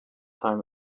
time